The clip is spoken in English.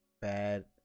bad